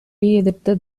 எதிர்த்த